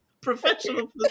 professional